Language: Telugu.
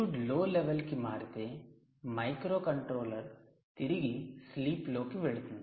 Pgood లో లెవెల్ కి మారితే మైక్రోకంట్రోలర్ తిరిగి 'స్లీప్' లోకి కి వెళ్తుంది